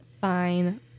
Fine